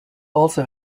also